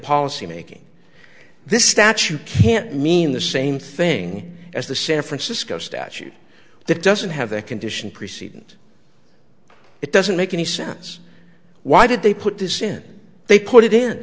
policymaking this statute can't mean the same thing as the san francisco statute that doesn't have that condition preceded it doesn't make any sense why did they put this in they put it in